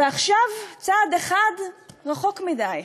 ועכשיו, צעד אחד רחוק מדי.